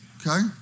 Okay